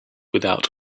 without